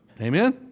Amen